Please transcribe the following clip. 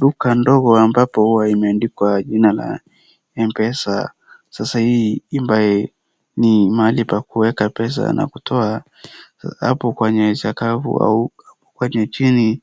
Duka ndogo ambapo huwa imeandikwa jina la Mpesa. Sasa hii ambaye ni mahali pa kueka pesa na kutoa. Hapo kwenye sakafu au kwenye chini